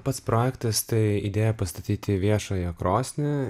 pats projektas tai idėja pastatyti viešąją krosnį